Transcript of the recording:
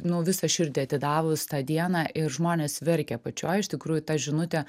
nu visą širdį atidavus tą dieną ir žmonės verkė apačioj iš tikrųjų ta žinutė